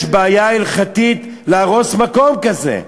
יש בעיה הלכתית להרוס מקום כזה.